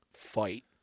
fight